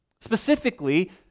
specifically